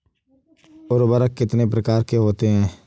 उर्वरक कितनी प्रकार के होते हैं?